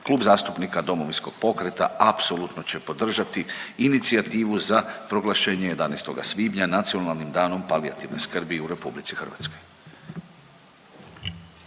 Klub zastupnika Domovinskog pokreta apsolutno će podržati inicijativu za proglašenje 11. svibnja Nacionalnim danom palijativne skrbi u RH.